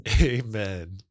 Amen